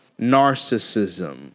narcissism